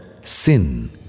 sin